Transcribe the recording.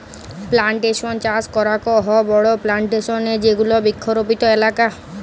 plantation চাস করাক হ বড়ো প্লানটেশন এ যেগুলা বৃক্ষরোপিত এলাকা